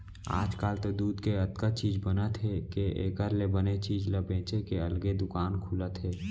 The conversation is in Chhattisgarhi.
आजकाल तो दूद के अतका चीज बनत हे के एकर ले बने चीज ल बेचे के अलगे दुकान खुलत हे